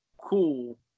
cool